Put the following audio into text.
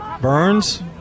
Burns